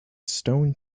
stone